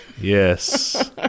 yes